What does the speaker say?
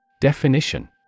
Definition